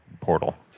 portal